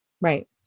Right